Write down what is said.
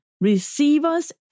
receiver's